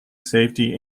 safety